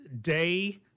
day